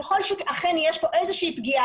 אבל ככל שאכן יש פה איזו שהיא פגיעה,